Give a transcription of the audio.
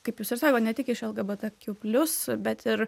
kaip jūs ir sakot ne tik iš lgbtq plius bet ir